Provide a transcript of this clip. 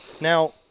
Now